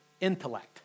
intellect